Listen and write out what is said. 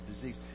disease